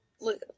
look